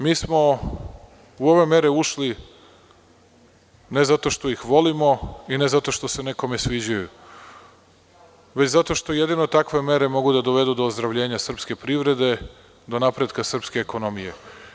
Mi smo u ove mere ušli ne zato što ih volimo i ne zato što se nekome sviđaju, već zato što jedino takve mere mogu da dovedu do ozdravljenja srpske privrede, do napretka srpske ekonomije.